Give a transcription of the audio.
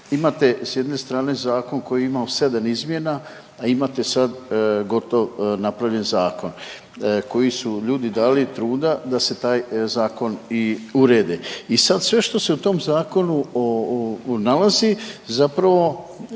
Imate s jedne strane zakon koji je imao 7 izmjena, a imate sad napravljen zakon koji su ljudi dali truda da se taj zakon i uredi. I sad sve što se u tom zakonu nalazi zapravo